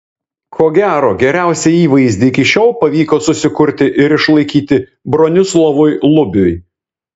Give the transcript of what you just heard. ko gero geriausią įvaizdį iki šiol pavyko susikurti ir išlaikyti bronislovui lubiui